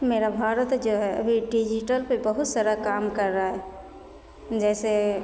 मेरा भारत जो है अभी डिजीटलपे बहुतसारा काम कर रहा है जैसे